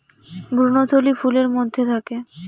ভ্রূণথলি ফুলের মধ্যে থাকে